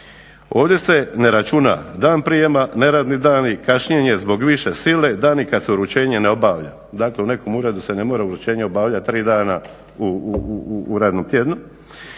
Ovdje se ne računa dan prijema, neradni dani, kašnjenje zbog više sile, dani kada se uručenje ne obavlja. Dakle, u nekom uredu se ne mora uručenje obavljati tri dana u radnom tjednu